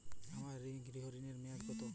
আমার গৃহ ঋণের মেয়াদ কত?